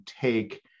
take